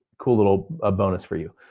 cool little ah bonus for you.